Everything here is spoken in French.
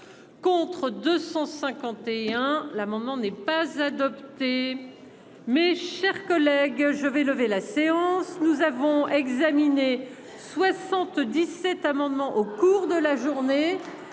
contre 251. L'amendement. N'est pas adopté. Mes chers collègues, je vais lever la séance, nous avons examiné. 77 amendements au cours de la journée.